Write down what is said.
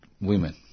women